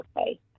okay